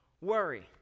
worry